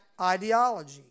ideology